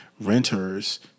renters